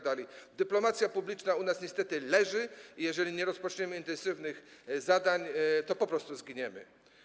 Dyplomacja publiczna u nas niestety leży i jeżeli nie rozpoczniemy intensywnych działań, to po prostu zginiemy.